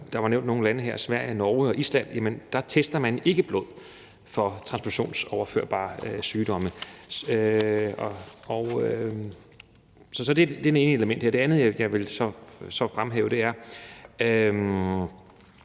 Der er nævnt nogle lande her, Sverige, Norge og Island, og der tester man ikke blod for transfusionsoverførbare sygdomme. Det er det ene element her. Det andet, jeg vil fremhæve, er